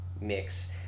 mix